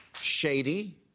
shady